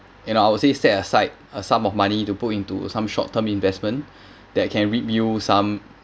you know I would said set aside a sum of money to put into some short term investment that can reap you some